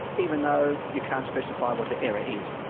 even though you can't specify what the error is.